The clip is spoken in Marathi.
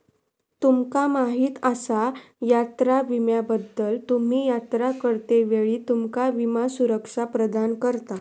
तुमका माहीत आसा यात्रा विम्याबद्दल?, तुम्ही यात्रा करतेवेळी तुमका विमा सुरक्षा प्रदान करता